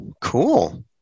Cool